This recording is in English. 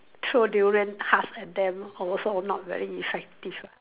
throw durian husk at them also not very effective [what]